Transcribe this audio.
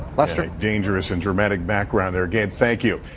lester? dangerous and dramatic background there, gabe, thank you.